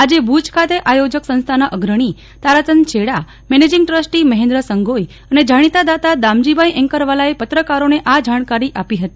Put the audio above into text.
આજે ભુજ ખાતે આયોજક સંસ્થાના અગ્રણી તારાચંદ છેડા મેનેજીંગ ટ્રસ્ટી મહેન્દ્ર સંઘોઈ અને જાણીતા દાતા દામજીભાઈ એન્કરવાલાએ પત્રકારોને આ જાણકારી આપી હતી